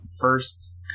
first